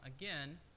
Again